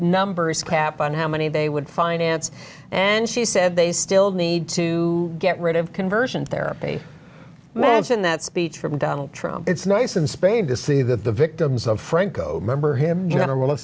numbers cap on how many they would finance and she said they still need to get rid of conversion therapy mansion that speech from donald trump it's nice in spain to see that the victims of franco remember him general